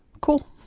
cool